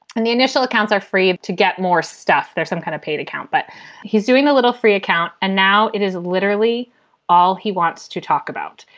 and the initial accounts are free to get more stuff. there's some kind of paid account, but he's doing a little free account and now it is literally all he wants to talk about.